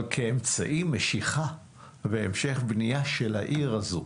כאמצעי משיכה והמשך בנייה של העיר הזו,